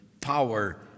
power